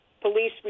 police